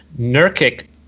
Nurkic